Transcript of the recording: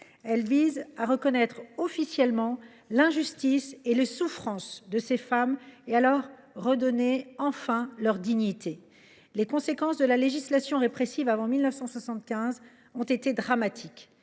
Elle vise à reconnaître officiellement l’injustice et les souffrances de ces femmes et à leur rendre leur dignité. Les conséquences de la législation répressive d’avant 1975 ont été dramatiques